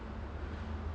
oh